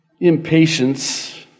Impatience